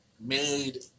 made